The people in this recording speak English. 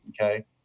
Okay